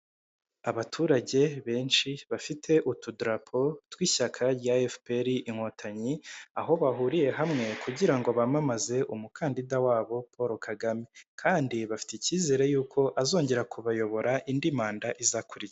Abaturage benshi, bafite utudarapo tw'ishyaka rya FPR inkotanyi, aho bahuriye hamwe kugira ngo bamamaze umukandida wabo Paul Kagame kandi bafite icyizere y'uko azongera kubayobora indi manda izakurikira.